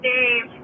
Dave